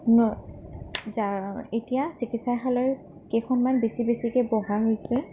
এতিয়া চিকিৎসালয় কেইখনমান বেছি বেছিকৈ বঢ়া হৈছে